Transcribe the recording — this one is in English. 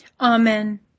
Amen